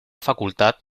facultad